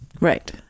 right